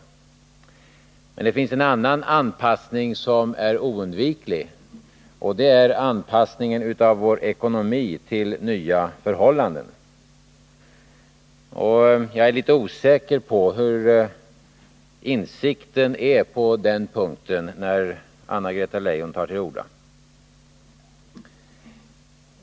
Men det finns en annan anpassning som är oundviklig, och det är anpassningen av vår ekonomi till nya förhållanden. Och jag är litet osäker på hur insikten är på den punkten när Anna-Greta Leijon tar till orda.